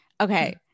okay